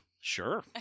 sure